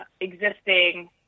existing